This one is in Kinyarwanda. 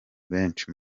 benshi